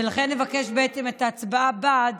ולכן אבקש את ההצבעה בעד